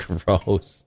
Gross